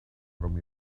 from